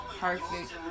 perfect